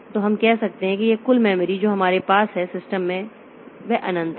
तो हम कह सकते हैं कि यह कुल मेमोरी जो हमारे पास है सिस्टम में हमारे पास अनंत है